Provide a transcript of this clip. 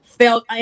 Felt